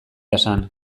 jasan